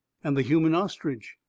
and the human ostrich.